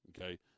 okay